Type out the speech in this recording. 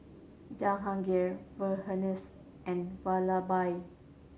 Jahangir Verghese and Vallabhbhai